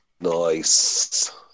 Nice